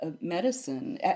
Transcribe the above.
medicine